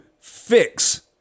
fix